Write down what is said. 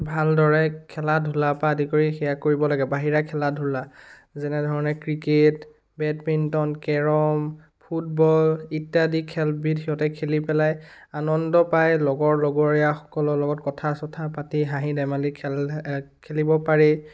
ভালদৰে খেলা ধূলা পৰা আদি কৰি সেয়া কৰিব লাগে বাহিৰা খেলা ধূলা যেনেধৰণে ক্ৰিকেট বেডমিণ্টন কেৰম ফুটবল ইত্যাদি খেলবিধ সিহঁতে খেলি পেলাই আনন্দ পাই লগৰ লগৰীয়া সকলৰ লগত কথা চথা পাতি হাঁহি ধেমালি খেল খেলিব পাৰি